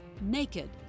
naked